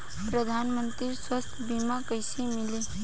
प्रधानमंत्री स्वास्थ्य बीमा कइसे मिली?